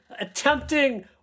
attempting